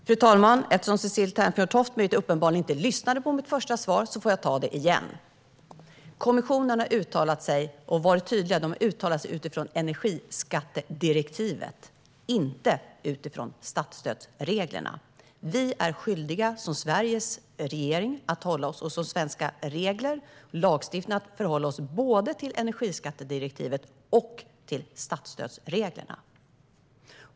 Herr talman! Eftersom Cecilie Tenfjord-Toftby uppenbarligen inte lyssnade på mitt första svar får jag ta det igen. Kommissionen har uttalat sig tydligt utifrån energiskattedirektivet, inte utifrån statsstödsreglerna. Sveriges regering, svenska regler och svensk lagstiftning måste hålla sig till både energiskattedirektivet och statsstödsreglerna.